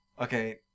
Okay